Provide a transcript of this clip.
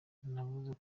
navuze